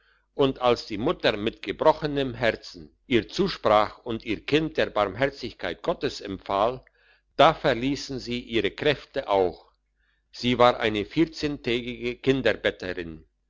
und als die mutter mit gebrochenem herzen ihr zusprach und ihr kind der barmherzigkeit gottes empfahl da verliessen sie ihre kräfte auch sie war eine